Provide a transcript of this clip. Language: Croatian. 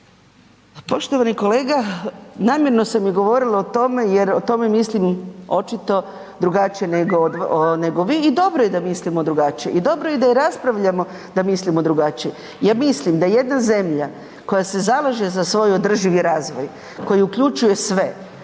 Poštovani kolega, namjerno sam govorila o tome jer o tome mislim očito drugačije nego vi i dobro je da mislimo drugačije i dobro da i raspravljamo da mislimo drugačije. Ja mislim da jedna zemlja koja se zalaže za svoj održivi razvoj koji uključuje sve,